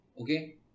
Okay